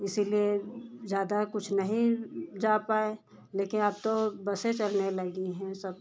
इसलिए ज़्यादा कुछ नहीं जा पाए लेकिन अब तो बसें चलने लगी हैं सब